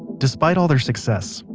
despite all their success,